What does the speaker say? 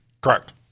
Correct